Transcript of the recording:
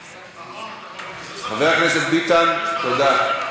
חבר הכנסת ביטן, תודה.